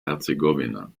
herzegowina